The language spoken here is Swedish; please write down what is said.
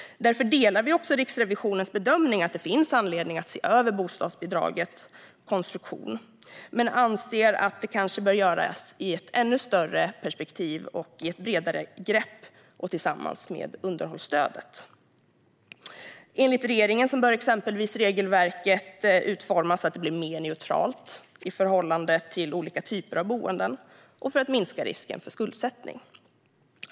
Därför delar vi också Riksrevisionens bedömning att det finns anledning att se över bostadsbidragets konstruktion, men vi anser att det kanske bör ske med ett ännu större perspektiv, med ett bredare grepp och tillsammans med underhållsstödet. Enligt regeringen bör regelverket exempelvis utformas så att det blir mer neutralt i förhållande till olika typer av boenden och för att minska risken för skuldsättning.